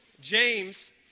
James